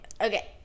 Okay